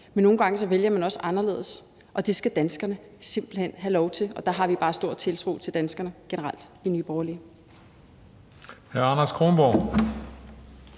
men nogle gange vælger man også anderledes, og det skal danskerne simpelt hen have lov til, og der har vi bare stor tiltro til danskerne generelt i Nye Borgerlige.